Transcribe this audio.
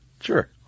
Sure